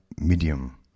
medium